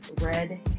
Red